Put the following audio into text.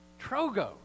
trogo